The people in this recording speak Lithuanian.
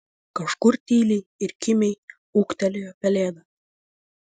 kažkur tyliai ir kimiai ūktelėjo pelėda